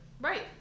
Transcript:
Right